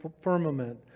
firmament